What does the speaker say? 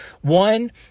One